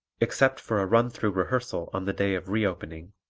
except for a run-through rehearsal on the day of re-opening,